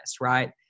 right